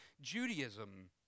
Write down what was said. Judaism